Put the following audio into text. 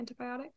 antibiotic